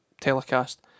telecast